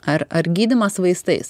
ar ar gydymas vaistais